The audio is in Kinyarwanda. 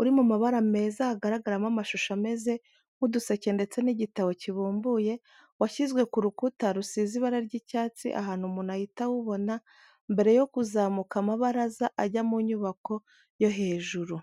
uri mu mabara meza hagaragaramo amashusho ameze nk'uduseke ndetse n'igitabo kibumbuye, washyizwe ku rukuta rusize ibara ry'icyatsi ahantu umuntu ahita awubona mbere yo kuzamuka amabaraza ajya mu nyubako yo hejuru.